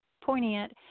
poignant